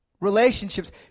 relationships